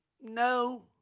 no